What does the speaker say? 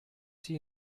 sie